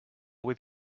with